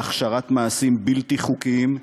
להכשרת מעשים בלתי חוקיים,